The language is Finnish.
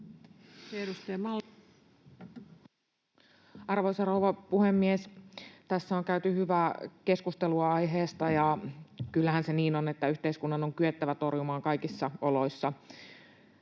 Arvoisa rouva puhemies! Tässä on käyty hyvää keskustelua aiheesta. Kyllähän se niin on, että yhteiskunnan on kyettävä torjumaan uhat kaikissa oloissa